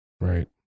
Right